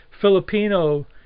Filipino